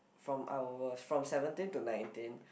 from I was from seventeen to nineteen